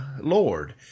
Lord